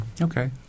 Okay